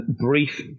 brief